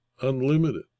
unlimited